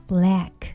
Black